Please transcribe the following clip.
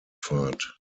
rundfahrt